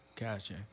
Gotcha